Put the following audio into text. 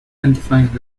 undefined